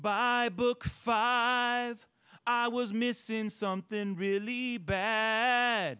a book five i was missing something really bad